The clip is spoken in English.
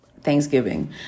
thanksgiving